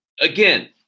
Again